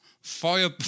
Fire